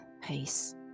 pace